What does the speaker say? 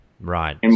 Right